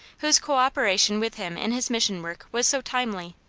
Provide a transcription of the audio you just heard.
whose co-opera tion with him in his mission work was so timely.